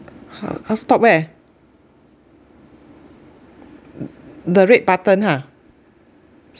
uh stop where the red button ha